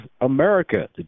America